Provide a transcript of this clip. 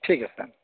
ठीक है सर